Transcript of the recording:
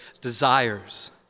desires